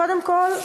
קודם כול,